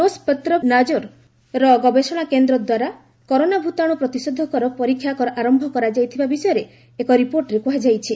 Rospotrebnadzor ର ଗବେଷଣା କେନ୍ଦ୍ର ଦ୍ୱାରା କରୋନା ଭୂତାଣୁ ପ୍ରତିଷେଧକର ପରୀକ୍ଷା ଆରମ୍ଭ କରାଯାଇଥିବା ବିଷୟରେ ଏକ ରିପୋର୍ଟରେ କ୍ରହାଯାଇଛି